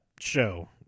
show